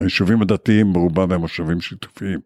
היישובים הדתיים ברובם הם מושבים שיתופיים